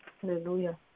Hallelujah